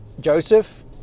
Joseph